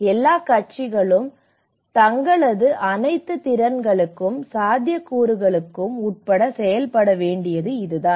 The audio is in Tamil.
எல்லா கட்சிகளும் தங்களது அனைத்து திறன்களுக்கும் சாத்தியக்கூறுகளுக்கும் உட்பட்டு செயல்பட வேண்டியது இதுதான்